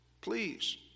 please